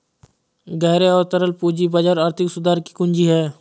गहरे और तरल पूंजी बाजार आर्थिक सुधार की कुंजी हैं,